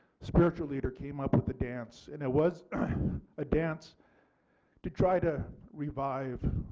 spiritual leader came up with the dance and it was a dance to try to revive